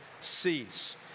cease